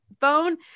phone